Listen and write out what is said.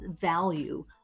value